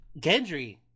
Gendry